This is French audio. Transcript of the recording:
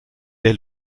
est